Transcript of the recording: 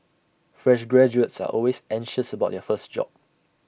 fresh graduates are always anxious about their first job